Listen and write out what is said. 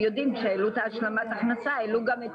כשהעלו את השלמת ההכנסה העלו גם את